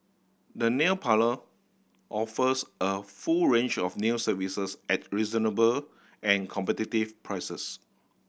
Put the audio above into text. the nail parlour offers a full range of nail services at reasonable and competitive prices